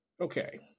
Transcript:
Okay